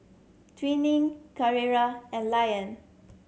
Twining Carrera and Lion